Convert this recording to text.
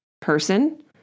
person